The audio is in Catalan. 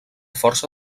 força